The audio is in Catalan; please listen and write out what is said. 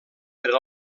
per